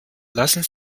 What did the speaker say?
lassen